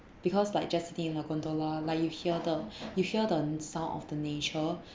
because like just sitting in a gondola like you hear the you hear the sound of the nature